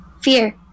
Fear